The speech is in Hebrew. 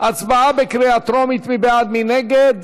46 בעד, אין מתנגדים,